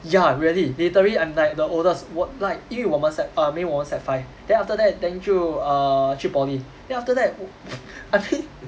ya really literally I'm like the oldest 我 like 因为我们 sec err 没有我 sec five then after that then 就 err 去 poly then after that I mean